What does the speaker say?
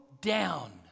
down